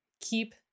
keep